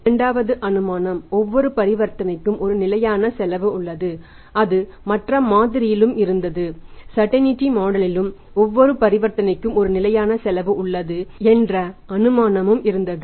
இரண்டாவது அனுமானம் ஒவ்வொரு பரிவர்த்தனைக்கும் ஒரு நிலையான செலவு உள்ளது அது மற்ற மாதிரியிலும் இருந்தது ஸர்டந்டீ மாடல் யிலும் ஒவ்வொரு பரிவர்த்தனைக்கும் ஒரு நிலையான செலவு உள்ளது என்ற அனுமானமும் இருந்தது